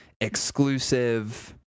exclusive